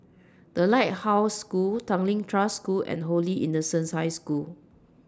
The Lighthouse School Tanglin Trust School and Holy Innocents' High School